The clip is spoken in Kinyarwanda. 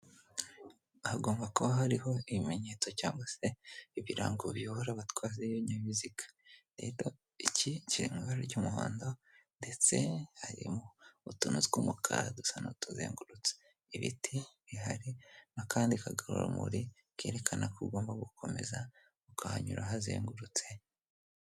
Hagomba kuba hariho ibimenyetso cyangwa se ibirango biyobora abatwara ibinyabiziga, rero iki kiri mu ibara ry'umuhondo ndetse harimo n'utuntu tw'umukara dusa n'utuzengurutse, ibiti bihari n'akandi kagarurarumuri kerekana ko ugomba gukomeza ukahanyura uhazengurutse.